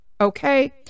okay